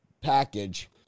package